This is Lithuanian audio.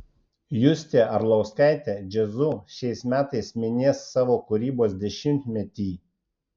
justė arlauskaitė jazzu šiais metais minės savo kūrybos dešimtmetį